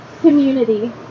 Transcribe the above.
community